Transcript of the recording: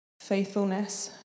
faithfulness